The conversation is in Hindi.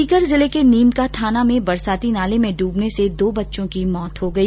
सीकर जिले के नीम का थाना में बरसाती नाले में डूबने से दो बच्चों की मौत हो गई